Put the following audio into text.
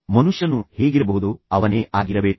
ಮನುಷ್ಯನು ಹೇಗಿರಬಹುದೋ ಅವನೇ ಆಗಿರಬೇಕು